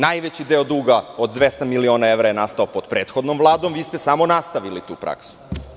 Najveći deo duga od 200 miliona evra je nastao pod prethodnom Vladom, a vi ste samo nastavili tu praksu.